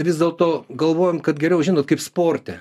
vis dėlto galvojom kad geriau žinot kaip sporte